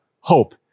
hope